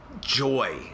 joy